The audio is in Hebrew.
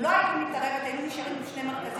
אם לא הייתי מתערבת היינו נשארים עם שני מרכזים,